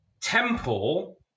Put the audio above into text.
temple